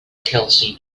kelsey